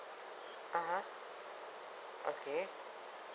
(uh huh) okay